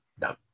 No